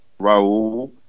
Raul